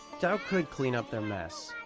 dow could clean up their mess,